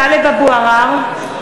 (קוראת בשמות חברי הכנסת) טלב אבו עראר,